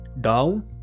down